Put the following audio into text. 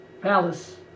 palace